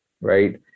right